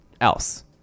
else